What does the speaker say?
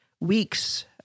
weeks